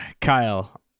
Kyle